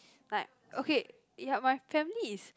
like okay ya my family is